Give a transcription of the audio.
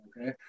Okay